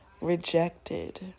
rejected